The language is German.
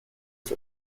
das